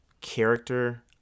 character